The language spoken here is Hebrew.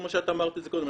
כמו שאת אמרת את זה קודם.